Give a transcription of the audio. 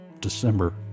December